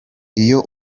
iyo